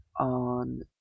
On